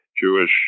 Jewish